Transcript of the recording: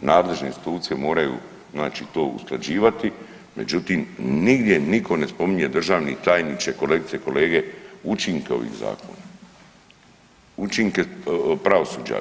nadležne institucije moraju to usklađivati, međutim nigdje niko ne spominje državni tajniče, kolegice i kolege učinke ovih zakona, učinke pravosuđa.